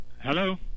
hello